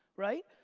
right?